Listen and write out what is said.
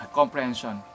comprehension